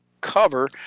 cover